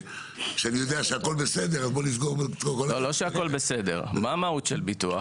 כשיודעים שהכול בסדר אז אפשר לסגור הכול.